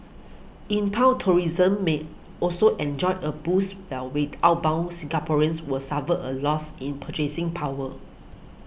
inbound tourism may also enjoy a boost while wait outbound Singaporeans were suffer a loss in purchasing power